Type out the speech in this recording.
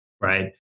Right